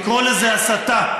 לקרוא לזה הסתה.